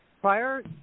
Prior